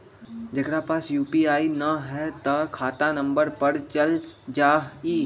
जेकरा पास यू.पी.आई न है त खाता नं पर चल जाह ई?